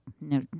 no